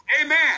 Amen